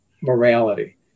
morality